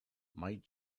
might